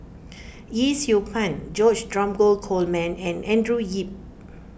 Yee Siew Pun George Dromgold Coleman and Andrew Yip